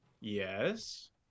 Yes